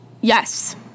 yes